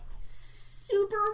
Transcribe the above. super